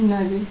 என்னாது:ennathu